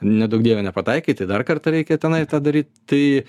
neduok dieve nepataikei tai dar kartą reikia tenai tą daryt tai